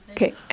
Okay